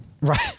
right